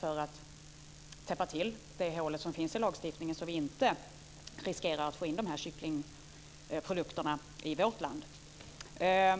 Vi måste täppa till det hål som finns i lagstiftningen så att vi inte riskerar att få in dessa kycklingprodukter i vårt land. Jag